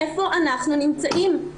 איפה אנחנו נמצאים?